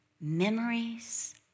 memories